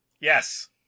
Yes